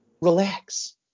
relax